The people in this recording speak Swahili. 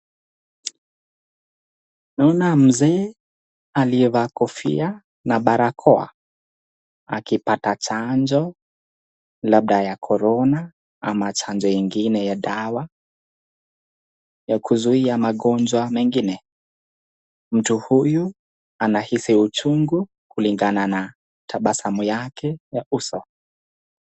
Naona mzee aliyevaa kofia na barakoa akipata chanjo labda ya Corona ama chanjo ingine ya dawa ya kuzuia magonjwa mengine. Mtu huyu anahisi uchungu kulingana na tabasamu yake ya uso.